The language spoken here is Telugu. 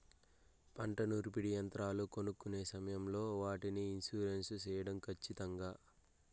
పంట నూర్పిడి యంత్రాలు కొనుక్కొనే సమయం లో వాటికి ఇన్సూరెన్సు సేయడం ఖచ్చితంగా?